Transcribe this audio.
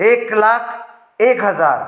एक लाख एक हजार